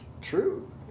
true